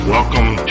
Welcome